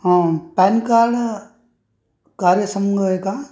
ह PAN card कार्यसंग आहे का